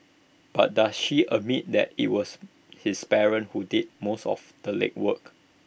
but does she admit that IT was his parents who did most of the legwork